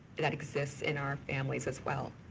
that exists in our families as well.